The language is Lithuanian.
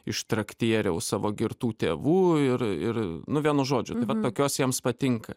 iš traktieriaus savo girtų tėvų ir ir nu vienu žodžiu tai va tokios jiems patinka